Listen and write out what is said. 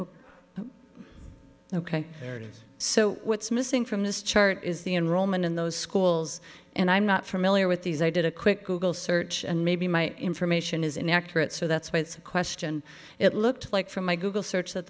sorry ok so what's missing from this chart is the enrollment in those schools and i'm not familiar with these i did a quick google search and maybe my information is inaccurate so that's why it's a question it looked like from my google search that